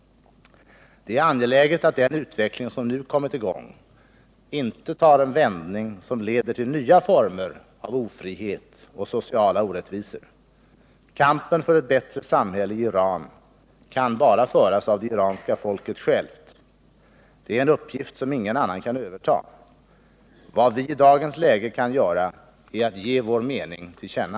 Det är angeläget att den utveckling som nu kommit i gång inte tar en vändning som leder till nya former av ofrihet och sociala orättvisor. Kampen för ett bättre samhälle i Iran kan bara föras av det iranska folket självt. Det är en uppgift som ingen annan kan överta. Vad vi i dagens läge kan göra är att ge vår mening till känna.